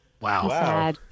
Wow